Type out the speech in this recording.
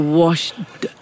washed